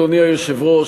אדוני היושב-ראש,